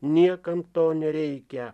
niekam to nereikia